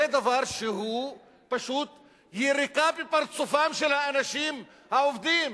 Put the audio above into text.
זה דבר שהוא פשוט יריקה בפרצופם של האנשים העובדים.